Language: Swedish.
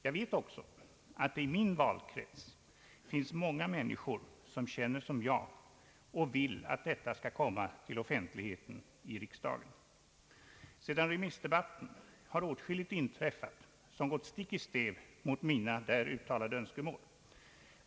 Jag vet också att det i min valkrets finns många människor som känner som jag och vill att detta skall komma till offentlighet i riksdagen. Sedan remissdebatten har åtskilligt inträffat som gått stick i stäv mot mina där uttalade önskemål.